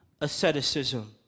asceticism